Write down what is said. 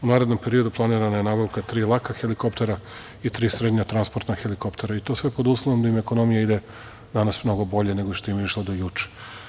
U narednom periodu planirana je nabavka tri laka helikoptera i tri srednja transportna helikoptera i to sve pod uslovom da ekonomija ide danas mnogo bolje nego što je išla do juče.